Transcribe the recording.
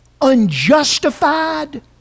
unjustified